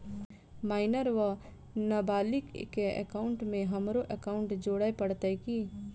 Minor वा नबालिग केँ एकाउंटमे हमरो एकाउन्ट जोड़य पड़त की?